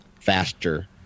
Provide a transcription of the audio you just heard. faster